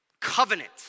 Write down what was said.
Covenant